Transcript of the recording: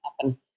happen